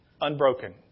Unbroken